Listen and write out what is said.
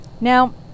Now